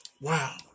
wow